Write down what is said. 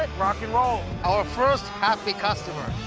rock'n'roll! our first happy customer.